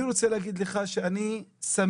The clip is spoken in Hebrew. אני רוצה להגיד לך שאני שמח